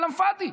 כלאם פאדי.